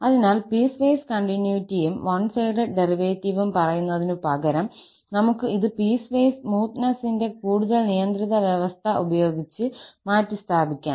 അതിനാൽ പീസ്വൈസ് കണ്ടിന്യൂറ്റിയും one sided ഡെറിവേറ്റീവും പറയുന്നതിനുപകരം നമുക്ക് ഇത് പീസ്വൈസ് സ്മൂത്തനേസിന്റെ കൂടുതൽ നിയന്ത്രിത വ്യവസ്ഥ ഉപയോഗിച്ച് മാറ്റിസ്ഥാപിക്കാം